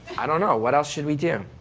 i don't know. what else should we do?